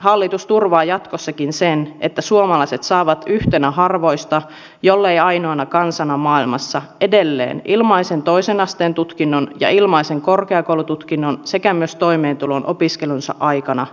hallitus turvaa jatkossakin sen että suomalaiset saavat yhtenä harvoista kansoista jolleivät ainoana kansana maailmassa edelleen ilmaisen toisen asteen tutkinnon ja ilmaisen korkeakoulututkinnon sekä myös toimeentulon opiskelunsa aikana